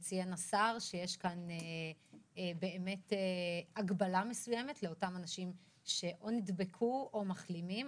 והשר ציין שיש הגבלה מסוימת לאותם אנשים שנדבקו או מחלימים.